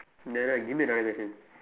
nevermind give me another question